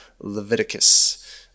Leviticus